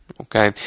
Okay